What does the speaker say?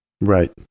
Right